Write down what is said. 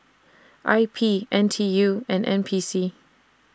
I P N T U and N P C